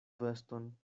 veston